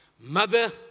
Mother